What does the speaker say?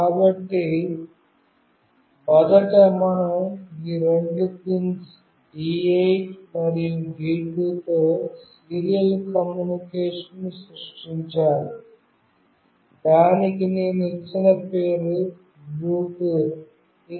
కాబట్టి మొదట మనం ఈ రెండు పిన్స్ D8 మరియు D2 తో సీరియల్ కమ్యూనికేషన్ను సృష్టించాలి దానికి నేను ఇచ్చిన పేరు "బ్లూటూత్""Bluetooth"